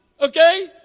Okay